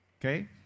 Okay